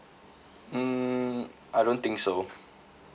mm I don't think so